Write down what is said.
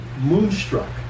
moonstruck